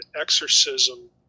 exorcism